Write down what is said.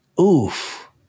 Oof